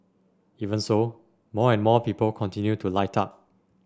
even so more and more people continue to light up